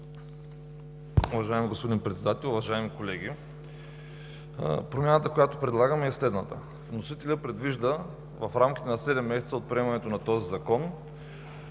Уважаеми господин Председател, уважаеми колеги! Промяната, която предлагаме, е следната. Вносителят предвижда в рамките на седем месеца от приемането на този закон